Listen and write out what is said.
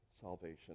salvation